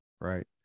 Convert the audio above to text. Right